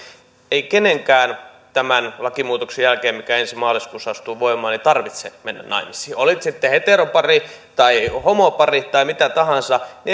ei kenenkään tämän lakimuutoksen jälkeen mikä ensi maaliskuussa astuu voimaan tarvitse mennä naimisiin olit sitten heteroparissa tai homoparissa tai missä tahansa niin ei ole